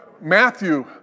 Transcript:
Matthew